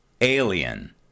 alien